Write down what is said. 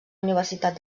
universitat